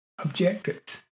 Objectives